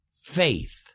faith